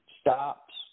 stops